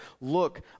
Look